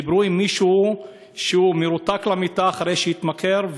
דיברו עם מישהו שמרותק למיטה אחרי שהתמכר,